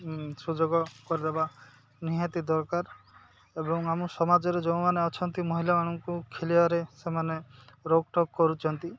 ସୁଯୋଗ କରିଦେବା ନିହାତି ଦରକାର ଏବଂ ଆମ ସମାଜରେ ଯେଉଁମାନେ ଅଛନ୍ତି ମହିଳାମାନଙ୍କୁ ଖେଳିବାରେ ସେମାନେ ରୋକଟକ୍ କରୁଛନ୍ତି